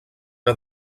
que